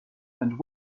and